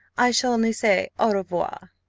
i shall only say, au revoir!